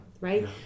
right